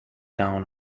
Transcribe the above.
town